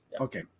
Okay